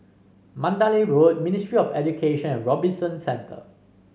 Mandalay Road Ministry of Education and Robinson Centre